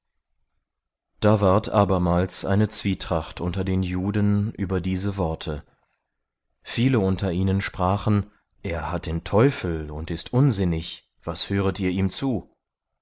da ward abermals eine zwietracht unter den juden über diese worte viele unter ihnen sprachen er hat den teufel und ist unsinnig was höret ihr ihm zu